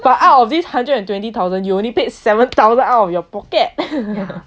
but out of this hundred and twenty thousand you only paid seven thousand out of your pocket